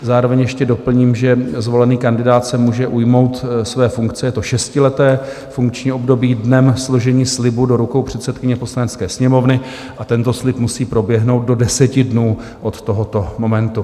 Zároveň ještě doplním, že zvolený kandidát se může ujmout své funkce, je to šestileté funkční období, dnem složení slibu do rukou předsedkyně Poslanecké sněmovny, a tento slib musí proběhnout do 10 dnů od tohoto momentu.